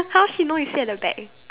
how she know you sit at the back